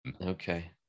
Okay